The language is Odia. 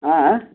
ହଁ